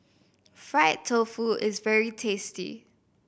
fried tofu is very tasty